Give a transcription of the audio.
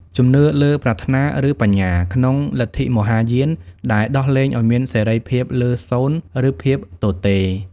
ជំនឿលើប្រាថ្នាឬបញ្ញា ក្នុងលទ្ធិមហាយាន ដែលដោះលែងឱ្យមានសេរីភាពលើសូន្យឬភាពទទេ។